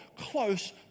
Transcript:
close